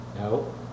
no